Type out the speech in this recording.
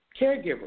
Caregivers